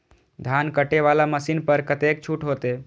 धान कटे वाला मशीन पर कतेक छूट होते?